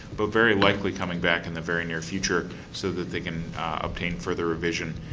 but very likely coming back in the very near future so that they can obtain further revision